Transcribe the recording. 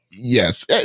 Yes